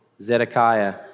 Zedekiah